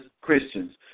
Christians